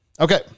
Okay